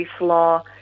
law